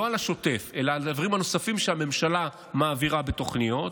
לא על השוטף אלא על הדברים הנוספים שהממשלה מעבירה בתוכניות.